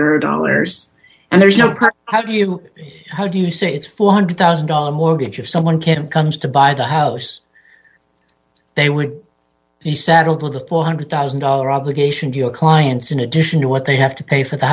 zero dollars and there's no how do you how do you say it's four hundred thousand dollars mortgage if someone can comes to buy the house they want he settled with a four hundred thousand dollars obligation to your clients in addition to what they have to pay for the